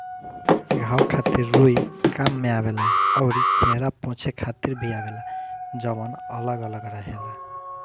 घाव खातिर रुई काम में आवेला अउरी चेहरा पोछे खातिर भी आवेला जवन अलग अलग रहेला